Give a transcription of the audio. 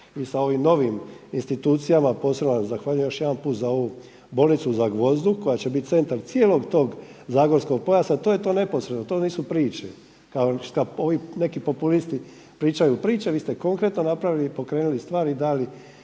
i sa ovim novim institucijama posebno vam zahvaljujem još jedan put za ovu bolnicu u Zagvozdu koja će biti centar cijelog tog zagorskog pojasa. To je to neposredno. To nisu priče. Kao što ovi neki populisti pričaju priče, vi ste konkretno napravili i pokrenuli stvari